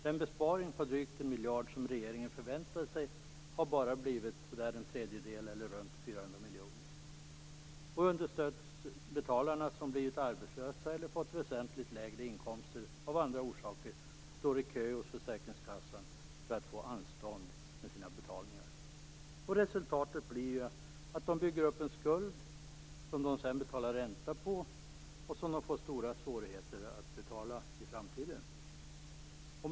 Den besparing på drygt en miljard som regeringen förväntade sig har bara blivit en tredjedel eller runt 400 miljoner. De understödsbetalare som blivit arbetslösa eller fått väsentligt lägre inkomster av andra orsaker står i kö hos försäkringskassan för att få anstånd med sina betalningar. Resultatet blir att de bygger upp en skuld, som de sedan betalar ränta på och som de får stora svårigheter att betala i framtiden.